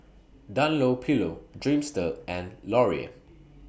Dunlopillo Dreamster and Laurier